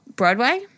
Broadway